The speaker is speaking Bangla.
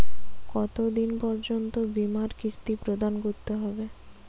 কতো দিন পর্যন্ত বিমার কিস্তি প্রদান করতে হবে?